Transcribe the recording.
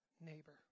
neighbor